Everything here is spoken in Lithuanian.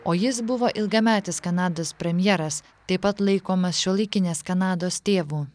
o jis buvo ilgametis kanados premjeras taip pat laikomas šiuolaikinės kanados tėvu